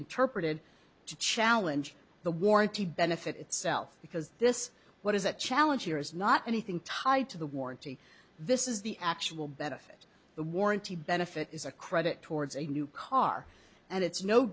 interpreted to challenge the warranty benefit itself because this what is a challenge here is not anything tied to the warranty this is the actual benefit the warranty benefit is a credit towards a new car and it's no